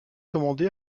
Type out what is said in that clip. commandés